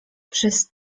przez